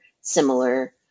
similar